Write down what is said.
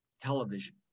television